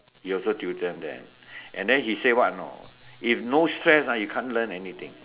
he also tutor them and then he say what know if no stress ah you can't learn anything